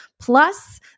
Plus